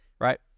right